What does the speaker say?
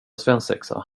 svensexa